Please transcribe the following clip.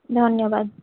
ଧନ୍ୟବାଦ